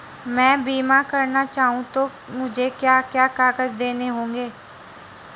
मैं बीमा करना चाहूं तो मुझे क्या क्या कागज़ देने होंगे?